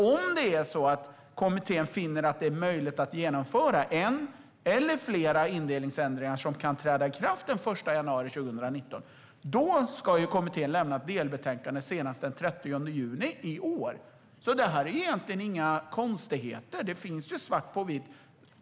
Om det är så att kommittén finner att det är möjligt att genomföra en eller flera indelningsändringar som kan träda i kraft den 1 januari 2019 ska kommittén nämligen lämna ett delbetänkande senast den 30 juni i år. Det är alltså egentligen inga konstigheter; svaret på frågan "när" finns svart på vitt.